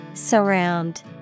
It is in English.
Surround